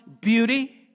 beauty